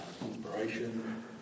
inspiration